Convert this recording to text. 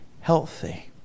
healthy